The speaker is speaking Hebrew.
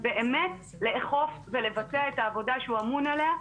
אין באמת סמכות לאכוף ולבצע את העבודה שהוא אמון עליה,